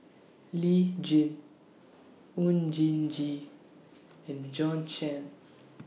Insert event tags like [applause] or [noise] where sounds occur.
[noise] Lee Tjin Oon Jin Gee and Bjorn Shen